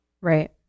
right